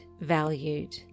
valued